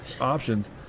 options